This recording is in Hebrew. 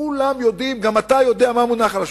כולם יודעים, וגם אתה יודע, מה מונח על השולחן.